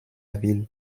ville